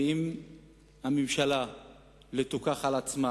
ואם הממשלה לא תיקח על עצמה